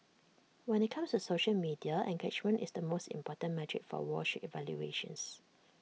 when IT comes to social media engagement is the most important metric for wall street valuations